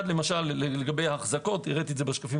למשל לגבי אחזקות הראיתי את זה,